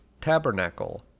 tabernacle